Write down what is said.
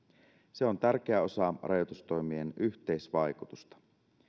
se on tärkeä osa rajoitustoimien yhteisvaikutusta